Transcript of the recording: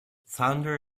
thunder